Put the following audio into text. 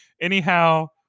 Anyhow